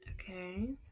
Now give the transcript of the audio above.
Okay